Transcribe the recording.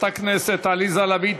לחברת הכנסת עליזה לביא.